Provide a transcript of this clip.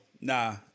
nah